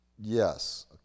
Yes